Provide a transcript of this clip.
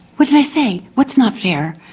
what did i say, what's not fair?